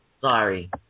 Sorry